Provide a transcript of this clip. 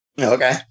Okay